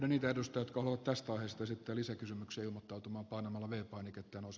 äänitiedostot kolot taas toistuisitte lisäkysymyksiä mutta utuma on halvempaa mikä teos